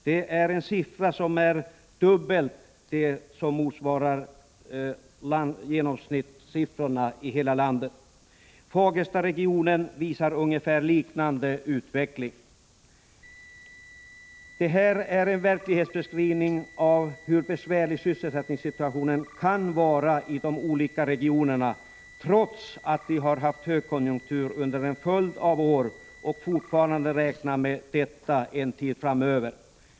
Denna siffra är dubbelt så hög som den genomsnittliga 1 april 1986 siffran för hela landet. Siffrorna för Fagerstaregionen visar på en liknande utveckling Om tillsättande av en Det här är en verklighetsbeskrivning som visar hur besvärlig sysselsättregionalp olitisk kommission ningssituationen kan vara i de olika regionerna, trots att vi har haft högkonjunktur under en följd av år och trots att vi fortfarande räknar med en sådan en tid framöver.